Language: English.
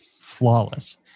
flawless